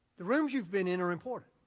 the rooms you've been in are important.